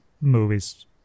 movies